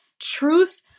truth